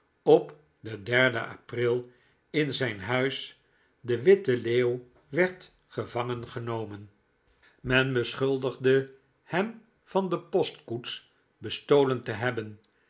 op den derden april in zrjn huis de witte leeuw werd gevangen genomen aanhangsel men beschuldigde hem van de postkoets bestolen te hebben